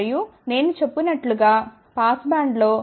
మరియు నేను చెప్పినట్లు గా పాస్ బ్యాండ్లో 0